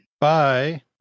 Bye